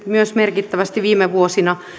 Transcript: myös pienentynyt merkittävästi viime vuosina